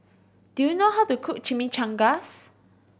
do you know how to cook Chimichangas